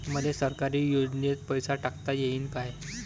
मले सरकारी योजतेन पैसा टाकता येईन काय?